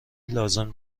لازم